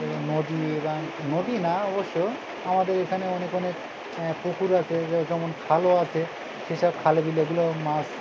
নদী গাঙ নদী না অবশ্য আমাদের এখানে অনেক অনেক পুকুর আছে যেমন খালও আছে সেসব খালে বিলে এগুলো মাছ